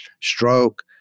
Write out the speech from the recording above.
stroke